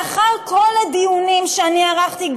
לאחר כל הדיונים שאני ערכתי,